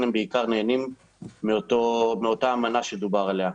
הם בעיקר נהנים מאותה אמנה שדובר עליה,